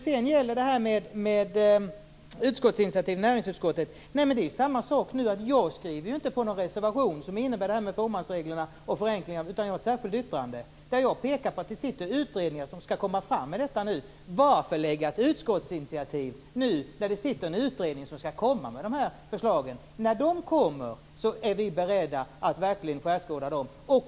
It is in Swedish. Sedan gällde det utskottsinitiativet i näringsutskottet. Jag skriver inte på någon reservation som innebär detta med fåmansregler och förenklingar, utan jag har ett särskilt yttrande där jag pekar på att det sitter utredningar som skall komma fram med detta nu. Varför skall man då lägga ett utskottsinitiativ när det sitter en utredning som skall komma med förslag? När de kommer är vi beredda att verkligen skärskåda dem.